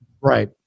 Right